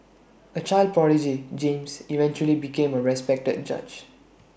A child prodigy James eventually became A respected judge